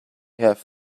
have